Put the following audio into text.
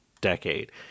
decade